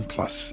Plus